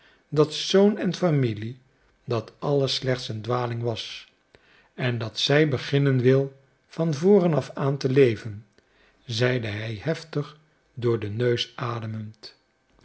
dat zoon en familie dat alles slechts een dwaling was en dat zij beginnen wil van voren af aan te leven zeide hij heftig door den neus ademend